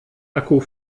akku